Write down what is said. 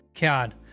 god